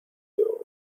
door